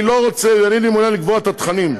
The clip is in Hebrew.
אני לא רוצה, אינני מעוניין לקבוע את התכנים.